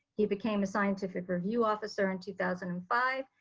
he became a scientific review officer in two thousand and five,